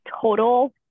total